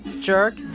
jerk